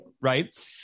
Right